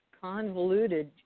convoluted